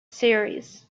series